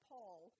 Paul